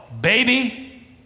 baby